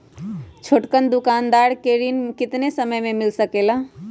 छोटकन दुकानदार के ऋण कितने समय मे मिल सकेला?